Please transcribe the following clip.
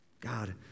God